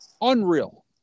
Unreal